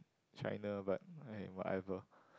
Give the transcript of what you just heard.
China but !aiya! whatever